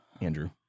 Andrew